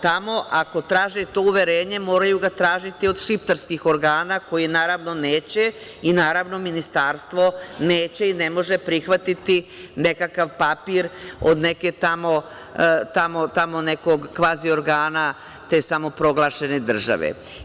Tamo ako traže to uverenje moraju ga tražiti od šiptarskih organa, koji naravno neće i naravno ministarstvo neće i ne može prihvatiti nekakav papir od nekog tamo kvazi organa te samoproglašene države.